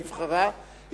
והיא נבחרה,